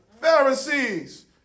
Pharisees